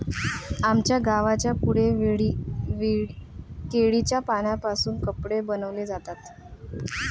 आमच्या गावाच्या पुढे केळीच्या पानांपासून कपडे बनवले जातात